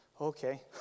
Okay